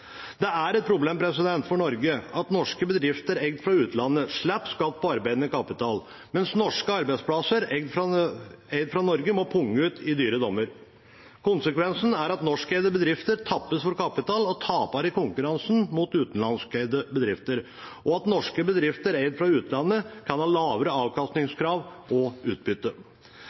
Det er et problem for Norge at norske bedrifter eid fra utlandet slipper skatt på arbeidende kapital, mens norske arbeidsplasser eid fra Norge må punge ut i dyre dommer. Konsekvensen er at norskeide bedrifter tappes for kapital og taper i konkurransen med utenlandskeide bedrifter, og at norske bedrifter eid fra utlandet kan ha lavere avkastningskrav og utbytte.